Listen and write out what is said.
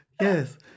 Yes